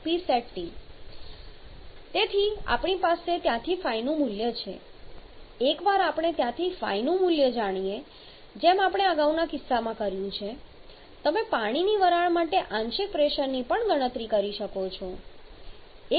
622Psat તેથી આપણી પાસે ત્યાંથી ϕ નું મૂલ્ય છે એકવાર આપણે ત્યાંથી ϕ નું મૂલ્ય મેળવીએ જેમ આપણે અગાઉના કિસ્સામાં કર્યું છે તમે પાણીની વરાળ માટે આંશિક પ્રેશરની પણ ગણતરી કરી શકો છો